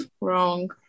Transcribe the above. wrong